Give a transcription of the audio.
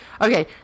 okay